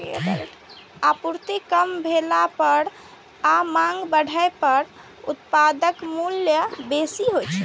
आपूर्ति कम भेला पर आ मांग बढ़ै पर उत्पादक मूल्य बेसी होइ छै